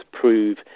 prove